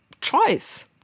choice